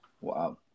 Wow